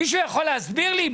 מישהו יכול להסביר לי?